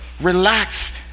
relaxed